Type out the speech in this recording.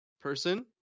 person